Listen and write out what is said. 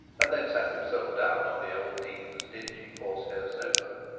and then sat himself down on the old dean's dingy horse-hair sofa.